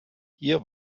hier